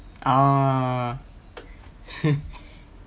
ah